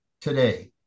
today